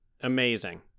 Amazing